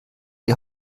die